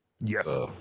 Yes